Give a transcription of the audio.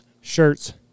shirts